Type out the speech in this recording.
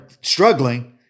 struggling